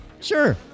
sure